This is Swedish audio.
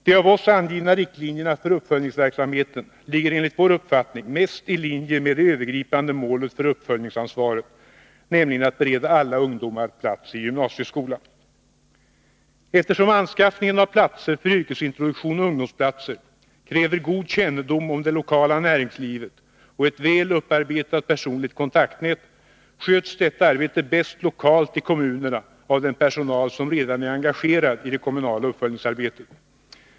De av oss angivna riktlinjerna för uppföljningsverksamheten ligger enligt vår uppfattning mest i linje med det övergripande målet för uppföljningsansvaret, nämligen att bereda alla ungdomar plats i gymnasieskolan. Eftersom anskaffningen av platser för yrkesintroduktionen och av ungdomsplatser kräver god kännedom om det lokala näringslivet och ett väl upparbetat personligt kontaktnät, sköts detta arbete bäst lokalt i kommunerna av den personal som redan är engagerad i det kommunala uppföljningsarbetet.